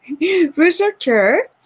researcher